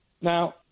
Now